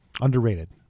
Underrated